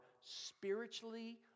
spiritually